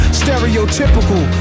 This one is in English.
stereotypical